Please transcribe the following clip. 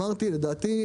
לדעתי,